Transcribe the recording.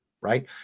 right